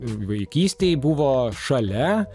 vaikystėj buvo šalia